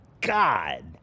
god